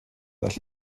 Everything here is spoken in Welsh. all